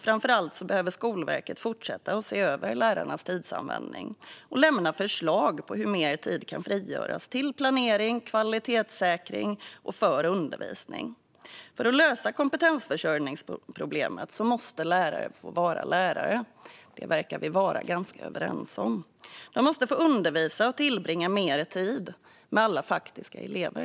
Framför allt behöver Skolverket fortsätta att se över lärarnas tidsanvändning och lämna förslag på hur mer tid kan frigöras till planering, till kvalitetssäkring och för undervisning. För att lösa kompetensförsörjningsproblemet måste lärare få vara lärare. Det verkar vi vara ganska överens om. Man måste undervisa och tillbringa mer tid med faktiska elever.